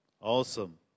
Awesome